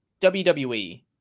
wwe